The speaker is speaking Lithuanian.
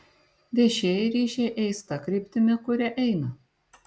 viešieji ryšiai eis ta kryptimi kuria eina